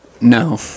No